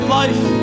life